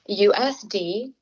USD